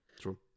True